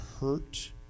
hurt